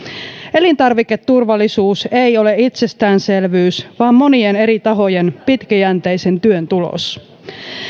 elintarviketurvallisuus ei ole itsestäänselvyys vaan monien eri tahojen pitkäjänteisen työn tulos